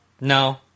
No